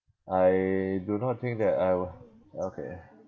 I do not think that I'll okay